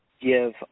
give